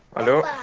hello?